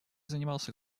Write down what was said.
занимался